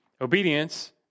obedience